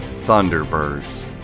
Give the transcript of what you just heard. Thunderbirds